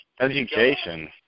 education